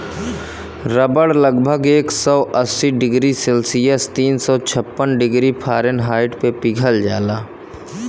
रबड़ लगभग एक सौ अस्सी डिग्री सेल्सियस तीन सौ छप्पन डिग्री फारेनहाइट पे पिघल जाला